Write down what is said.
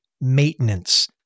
maintenance